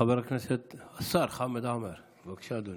חבר הכנסת השר חמד עמאר, בבקשה, אדוני.